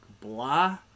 blah